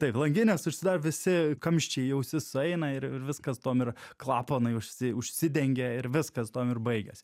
taip langinės užsidaro visi kamščiai į ausis sueina ir ir viskas tuom ir klapanai užsi užsidengia ir viskas tuom ir baigias